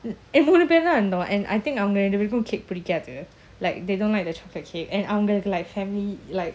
எண்ணூறுபேருதான்இருந்தோம்:ennoru peruthan irunthom and I அவங்க:avanga cake பிடிக்காது:pidikathu like they don't like the chocolate cake and அவங்களுக்கு:avangaluku like family like